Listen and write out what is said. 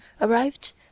arrived